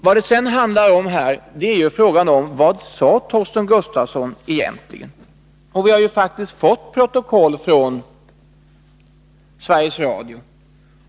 Vidare handlar det om vad Torsten Gustafsson egentligen sade. Vi har faktiskt fått protokoll från Sveriges Radio.